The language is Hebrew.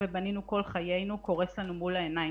ובנינו כל חיינו קורס לנו מול העיניים.